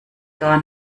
gar